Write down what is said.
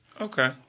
Okay